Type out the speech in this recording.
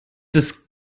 ist